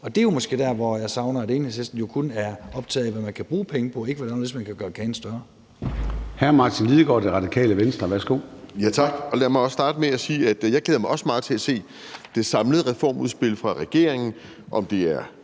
Det er måske der, hvor jeg synes, at Enhedslisten jo kun er optaget af, hvad man kan bruge penge på, ikke på, hvordan man kan gøre kagen større.